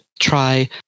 try